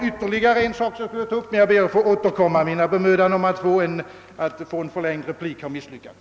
Jag skulle vilja ta upp ytterligare en sak men ber att få återkomma, ty mina bemödanden om att få en förlängd replik har misslyckats.